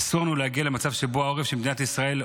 אסור לנו להגיע למצב שבו העורף של מדינת ישראל,